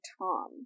Tom